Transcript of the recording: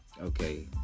okay